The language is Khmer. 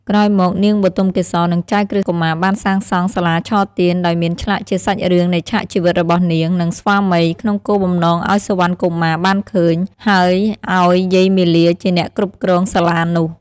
ក្រោយមក នាងបុទមកេសរ និងចៅក្រឹស្នកុមារបានសាងសង់សាលាឆទាន ដោយមានឆ្លាក់ជាសាច់រឿងនៃឆាកជីវិតរបស់នាង និងស្វាមី ក្នុងគោលបំណងឱ្យសុវណ្ណកុមារបានឃើញ ហើយឱ្យយាយមាលាជាអ្នកគ្រប់គ្រងសាលានោះ។